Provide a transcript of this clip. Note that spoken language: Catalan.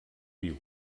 viu